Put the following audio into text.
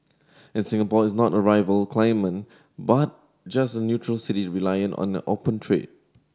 and Singapore is not a rival claimant but just a neutral city reliant on a open trade